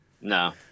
No